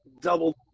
double